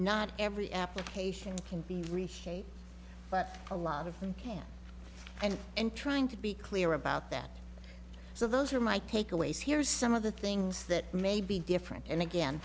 not every application can be reshaped but a lot of them can and in trying to be clear about that so those are my takeaways here's some of the things that may be different and again